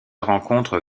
rencontre